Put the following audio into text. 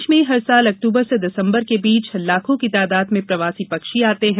प्रदेश में हर साल अक्टूबर से दिसम्बर के मध्य लाखों की तादाद में प्रवासी पक्षी आते हैं